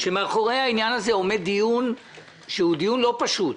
כשמאחורי העניין הזה עומד דיון שהוא דיון לא פשוט.